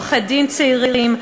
עורכי-דין צעירים,